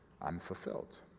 unfulfilled